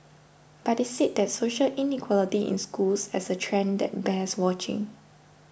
but they said that social inequality in schools is a trend that bears watching